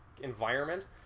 environment